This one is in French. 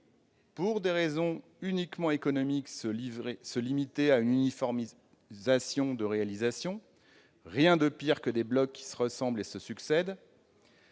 pour des raisons uniquement économiques, se limiter à une uniformisation de réalisation- rien de pire que des blocs qui se ressemblent et se succèdent